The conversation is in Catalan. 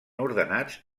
ordenats